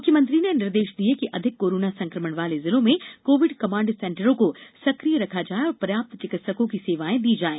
मुख्यमंत्री ने निर्देश दिए कि अधिक कोरोना संक्रमण वाले जिलों में कोविड कमांड सेंटरों को सक्रिय रखा जाए और पर्याप्त चिकित्सकों की सेवाएँ दी जाएं